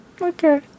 Okay